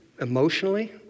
emotionally